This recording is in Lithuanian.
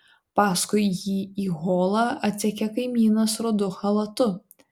paskui jį į holą atsekė kaimynas rudu chalatu